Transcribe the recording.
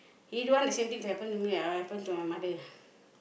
he don't want the same thing to happen to me like what happen to my mother